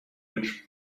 which